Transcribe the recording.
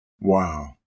Wow